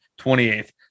28th